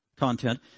content